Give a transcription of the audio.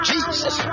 Jesus